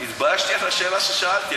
התביישתי על השאלה ששאלתי.